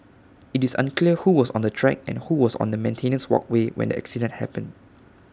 IT is unclear who was on the track and who was on the maintenance walkway when the accident happened